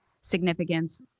significance